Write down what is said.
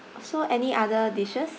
so any other dishes